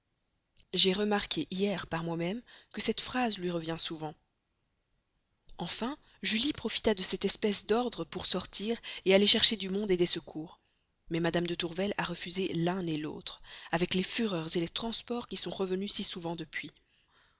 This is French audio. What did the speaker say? j'ai remarqué hier par moi-même que cette phrase lui revient souvent enfin julie profita de cette espèce d'ordre pour sortir aller chercher du monde des secours mais mme de tourvel a refusé l'un l'autre avec les fureurs les transports qui sont revenus si souvent depuis